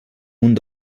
munt